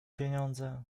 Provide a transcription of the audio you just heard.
pieniądze